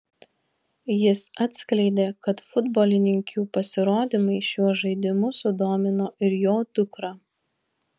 jis atskleidė kad futbolininkių pasirodymai šiuo žaidimu sudomino ir jo dukrą